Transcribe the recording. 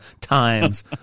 times